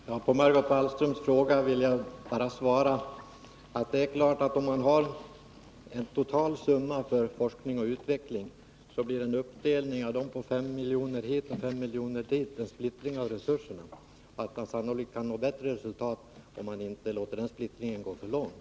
Fru talman! På Margot Wallströms fråga vill jag bara svara att om man har en totalsumma för forskning och utveckling, innebär en uppdelning av denna på 5 miljoner hit och 5 miljoner dit en splittring av resurserna. Man kan sannolikt nå bättre resultat, om man inte låter en sådan splittring gå för långt.